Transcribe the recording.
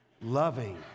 loving